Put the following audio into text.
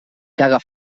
caga